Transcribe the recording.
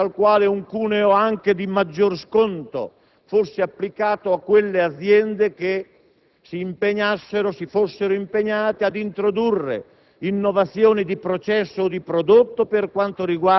si stabilisse un percorso virtuoso, in base al quale un cuneo anche di maggior sconto fosse applicato a quelle aziende che si fossero impegnate ad introdurre